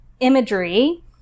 imagery